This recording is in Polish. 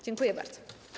Dziękuję bardzo.